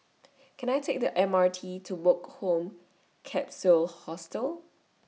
Can I Take The M R T to Woke Home Capsule Hostel